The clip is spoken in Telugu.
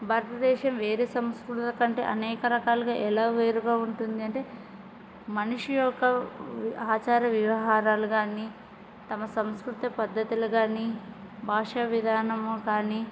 భారతదేశం వేరే సంస్కృతుల కంటే అనేక రకాలుగా ఎలా వేరుగా ఉంటుంది అంటే మనిషి యొక్క ఆచార వ్యవహారాలు కానీ తమ సంస్కృత పద్ధతులు కానీ భాషా విధానము కానీ